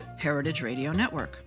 heritageradionetwork